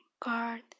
Card